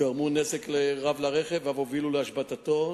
גרמו נזק רב לרכב ואף הובילו להשבתתו.